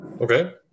Okay